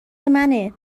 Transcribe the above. منه